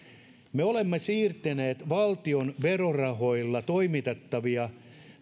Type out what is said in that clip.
me olemme siirtäneet valtion verorahoilla toimitettavia